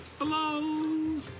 Hello